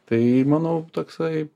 tai manau toksai